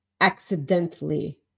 accidentally